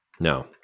No